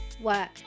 work